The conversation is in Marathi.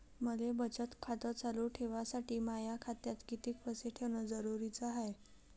मले बचत खातं चालू ठेवासाठी माया खात्यात कितीक पैसे ठेवण जरुरीच हाय?